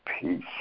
peace